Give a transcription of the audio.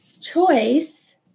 choice